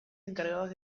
encargados